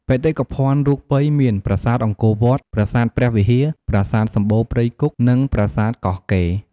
បេតិកភណ្ឌរូបីមាន ប្រាសាទអង្គរវត្ត ប្រាសាទព្រះវិហារ ប្រាសាទសម្បូរព្រៃគុក និងប្រាសាទកោះកេរ្តិ៍។